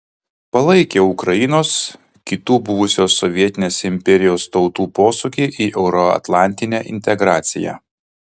palaikė ukrainos kitų buvusios sovietinės imperijos tautų posūkį į euroatlantinę integraciją